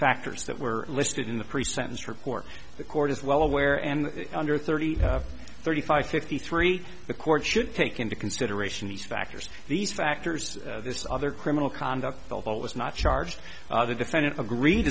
factors that were listed in the pre sentence report the court is well aware and under thirty thirty five fifty three the court should take into consideration these factors these factors this other criminal conduct although it was not charged other defendant agreed